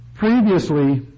Previously